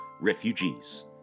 refugees